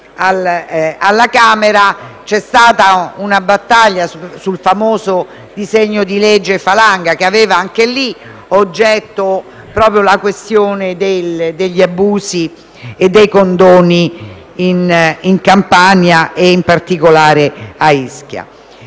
alla Camera, c’è stata una battaglia sul famoso disegno di legge Falanga, che aveva ad oggetto proprio la questione degli abusi e dei condoni in Campania e, in particolare, ad Ischia.